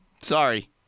Sorry